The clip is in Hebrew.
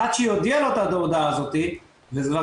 אחת שהיא הודיעה לו את ההודעה הזאת וזה כבר